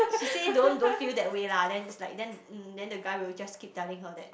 she say don't don't feel that way lah then it's like then then the guy will just keep telling her that